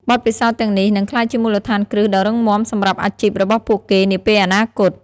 បទពិសោធន៍ទាំងនេះនឹងក្លាយជាមូលដ្ឋានគ្រឹះដ៏រឹងមាំសម្រាប់អាជីពរបស់ពួកគេនាពេលអនាគត។